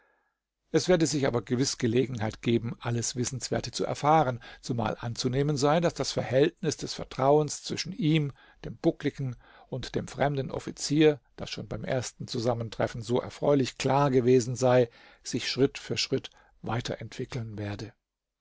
es werde sich aber gewiß gelegenheit geben alles wissenswerte zu erfahren zumal anzunehmen sei daß das verhältnis des vertrauens zwischen ihm dem buckligen und dem fremden offizier das schon beim ersten zusammentreffen so erfreulich klar gewesen sei sich schritt für schritt weiterentwickeln werde